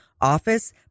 office